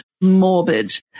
Morbid